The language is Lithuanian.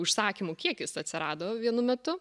užsakymų kiekis atsirado vienu metu